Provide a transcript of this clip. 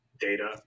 data